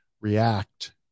react